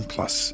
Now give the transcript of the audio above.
Plus